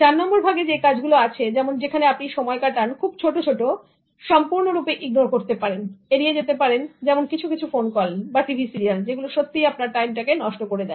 4 নম্বর ভাগে যে কাজগুলো আছে যেমন যেখানে আপনি সময় কাটান খুব ছোট ছোট যেগুলো সম্পূর্ণরূপে ইগনোর করতে পারেন বা এড়িয়ে যেতে পারেন যেমন কিছু কিছু ফোন কল বা টিভি সিরিয়াল যেগুলো সত্যি আপনার টাইম টাকে নষ্ট করে দেয়